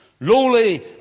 Lowly